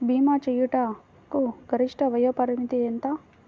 భీమా చేయుటకు గరిష్ట వయోపరిమితి ఎంత?